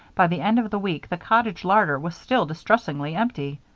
by the end of the week the cottage larder was still distressingly empty.